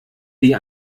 die